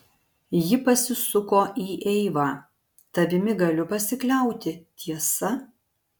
ji pasisuko į eivą tavimi galiu pasikliauti tiesa